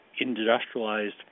Industrialized